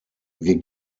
wir